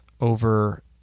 over